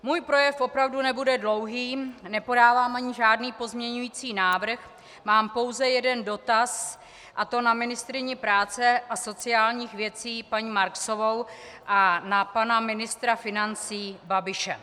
Můj projev opravdu nebude dlouhý, nepodávám ani žádný pozměňovací návrh, mám pouze jeden dotaz, a to na ministryni práce a sociálních věcí paní Marksovou a na pana ministra financí Babiše.